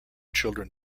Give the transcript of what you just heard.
children